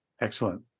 Excellent